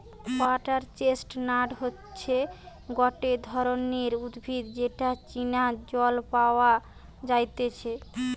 water chestnut হতিছে গটে ধরণের উদ্ভিদ যেটা চীনা জল পাওয়া যাইতেছে